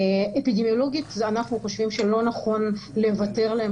אפידמיולוגית אנחנו חושבים שלא נכון לוותר להם